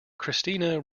christina